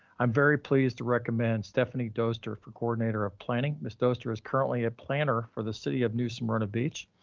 i'm very pleased to recommend stephanie doster for coordinator of planning. ms. doster is currently a planner for the city of new smyrna beach.